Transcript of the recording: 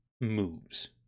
moves